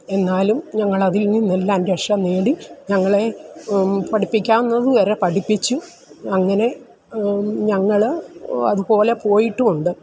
എന്നാലും ഞങ്ങളതിൽ നിന്നെല്ലാം രക്ഷനേടി ഞങ്ങളെ പഠിപ്പിക്കാവുന്നത് വരെ പഠിപ്പിച്ചു അങ്ങനെ ഞങ്ങൾ അത് പോലെ പോയിട്ടും ഉണ്ട്